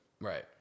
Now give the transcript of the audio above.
right